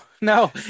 no